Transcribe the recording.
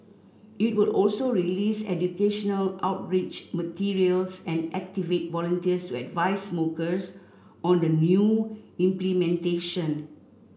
it will also release educational outreach materials and activate volunteers advise smokers on the new implementation